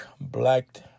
black